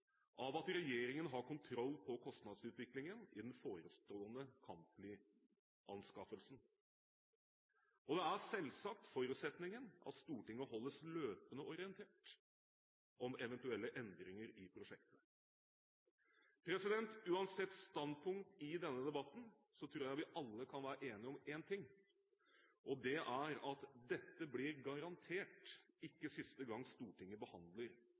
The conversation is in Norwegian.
av at regjeringen har kontroll på kostnadsutviklingen i den forestående kampflyanskaffelsen. Det er selvsagt forutsetningen at Stortinget holdes løpende orientert om eventuelle endringer i prosjektet. Uansett standpunkt i denne debatten tror jeg vi alle kan være enige om én ting, og det er at dette garantert ikke blir siste gang Stortinget behandler